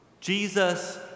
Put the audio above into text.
Jesus